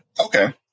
Okay